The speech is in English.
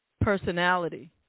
Personality